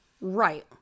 right